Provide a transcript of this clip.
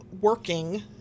working